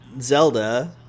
Zelda